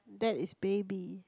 that is baby